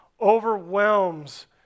overwhelms